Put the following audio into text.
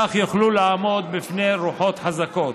כך יוכלו לעמוד בפני רוחות חזקות.